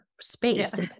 space